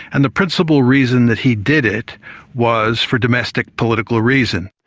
and the principal reason that he did it was for domestic political reason.